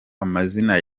amazina